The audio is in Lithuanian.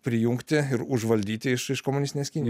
prijungti ir užvaldyti iš iš komunistinės kinijos